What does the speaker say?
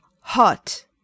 hot